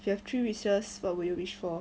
you have three wishes what would you wish for